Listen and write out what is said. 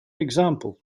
example